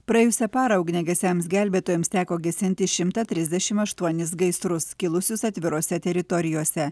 praėjusią parą ugniagesiams gelbėtojams teko gesinti šimtą trisdešim aštuonis gaisrus kilusius atvirose teritorijose